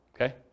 Okay